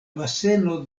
baseno